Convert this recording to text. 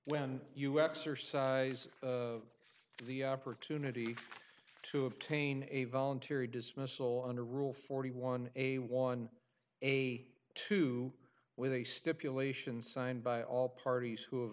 when you exercise the opportunity to obtain a voluntary dismissal under rule forty one a one a two with a stipulation signed by all parties who have